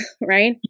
right